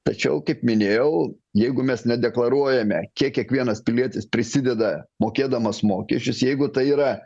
tačiau kaip minėjau jeigu mes nedeklaruojame kiek kiekvienas pilietis prisideda mokėdamas mokesčius jeigu tai yra